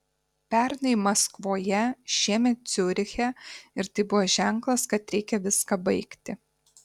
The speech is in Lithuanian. pernai maskvoje šiemet ciuriche ir tai buvo ženklas kad reikia viską baigti